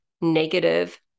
negative